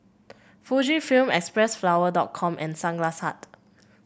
Fujifilm Xpressflower dot com and Sunglass Hut